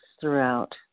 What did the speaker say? throughout